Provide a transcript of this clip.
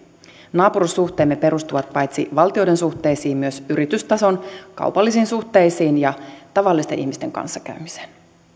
naapuruussuhteemme perustuvat paitsi valtioiden suhteisiin myös yritystason kaupallisiin suhteisiin ja tavallisten ihmisten kanssakäymiseen